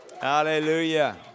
Hallelujah